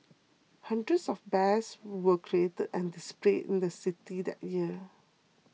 hundreds of bears were created and displayed in the city that year